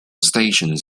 stations